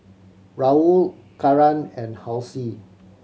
Raul Karan and Halsey